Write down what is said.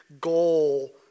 goal